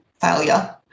failure